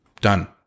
Done